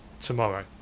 tomorrow